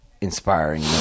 inspiring